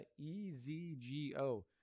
EZGO